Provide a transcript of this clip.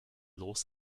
los